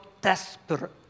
desperate